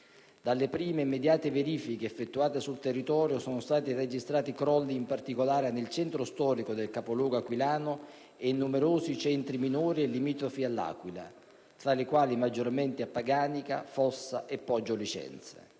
Dalle prime ed immediate verifiche effettuate sul territorio sono stati registrati crolli in particolare nel centro storico del capoluogo aquilano ed in numerosi centri minori e limitrofi all'Aquila, tra i quali maggiormente a Paganica, Fossa e Poggio Licenze.